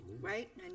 Right